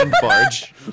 barge